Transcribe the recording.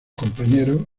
compañeros